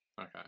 Okay